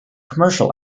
commercial